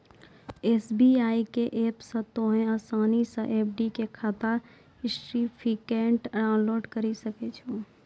SBI के app से तोंहें असानी से एफ.डी खाता के सर्टिफिकेट डाउनलोड करि सकै छो